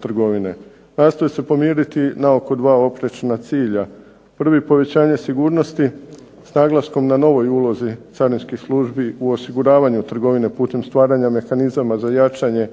trgovine. Nastoji se pomiriti naoko dva oprečna cilja, prvi je povećanje sigurnosti s naglaskom na novoj ulozi carinskih službi u osiguravanju trgovine putem stvaranja mehanizama za jačanje